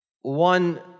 one